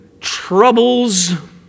troubles